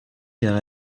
car